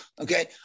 okay